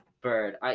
Bird